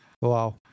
Wow